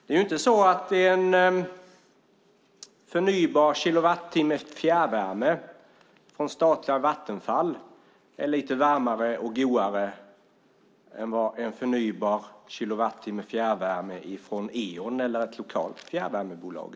En förnybar kilowattimme fjärrvärme från statliga Vattenfall är ju inte varmare och goare än en förnybar kilowattimme fjärrvärme från Eon eller ett lokalt fjärrvärmebolag.